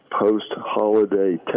post-holiday